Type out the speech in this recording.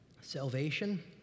Salvation